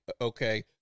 okay